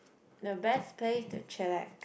the best place to chillax